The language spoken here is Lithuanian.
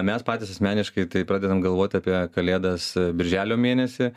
mes patys asmeniškai tai pradedam galvot apie kalėdas birželio mėnesį